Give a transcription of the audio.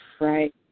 right